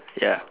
ya